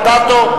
אדטו,